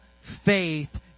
faith